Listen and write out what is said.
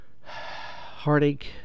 heartache